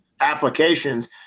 applications